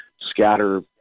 scatter